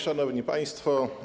Szanowni Państwo!